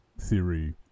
theory